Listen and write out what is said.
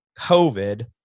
COVID